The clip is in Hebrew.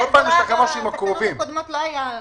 בתקנות הקודמות זה לא היה.